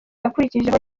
yakurikijeho